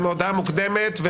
מהודעה מוקדמת,